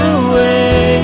away